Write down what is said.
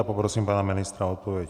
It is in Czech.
Poprosím pana ministra o odpověď.